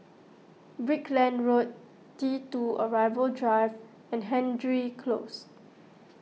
Brickland Road T two Arrival Drive and Hendry Close